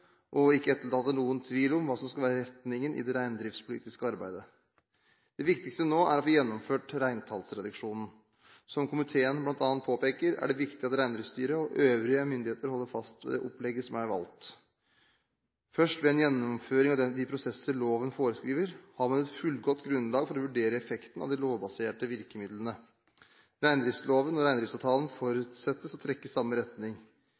og ikke etterlater noen tvil om hva som skal være retningen i det reindriftspolitiske arbeidet. Det viktigste nå er å få gjennomført reintallsreduksjonen. Som komiteen bl.a. påpeker, er det viktig at Reindriftsstyret og øvrige myndigheter holder fast ved det opplegget som er valgt. Først ved en gjennomføring av de prosesser loven foreskriver, har man et fullgodt grunnlag for å vurdere effekten av de lovbaserte virkemidlene. Reindriftsloven og reindriftsavtalen forutsettes å trekke i samme retning.